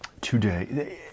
Today